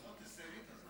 לא, תסיימי את הזמן שלך.